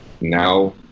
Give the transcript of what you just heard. now